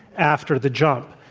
after the jump.